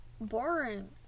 boring